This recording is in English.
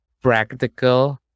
practical